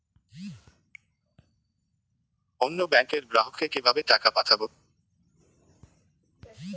অন্য ব্যাংকের গ্রাহককে কিভাবে টাকা পাঠাবো?